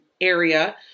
area